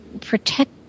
protect